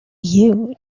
you